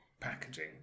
packaging